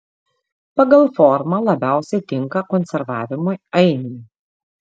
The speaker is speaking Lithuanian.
pagal formą labiausiai tinka konservavimui ainiai